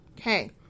Okay